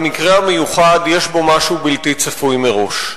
המקרה המיוחד, יש בו משהו בלתי צפוי מראש.